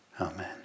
amen